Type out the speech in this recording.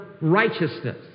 righteousness